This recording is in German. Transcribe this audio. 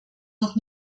noch